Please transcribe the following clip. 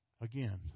Again